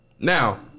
Now